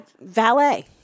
Valet